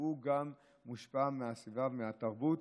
שהוא גם מושפע מהסביבה ומהתרבות,